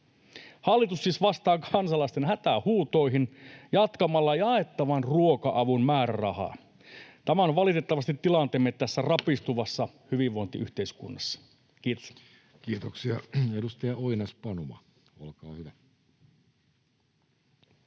Hallitus siis vastaa kansalaisten hätähuutoihin jatkamalla jaettavan ruoka-avun määrärahaa. Tämä on valitettavasti tilanteemme tässä rapistuvassa hyvinvointiyhteiskunnassa. — Kiitos. [Speech 451] Speaker: